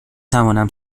توانم